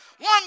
One